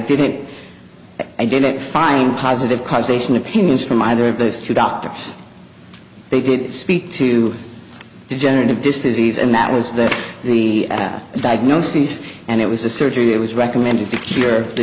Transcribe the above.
didn't i didn't find positive causation opinions from either of those two doctors they didn't speak to degenerative disc disease and that was that the diagnoses and it was a surgery it was recommended to cure the